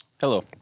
Hello